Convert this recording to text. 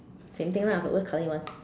same thing lah but what color you want